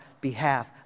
behalf